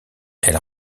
elle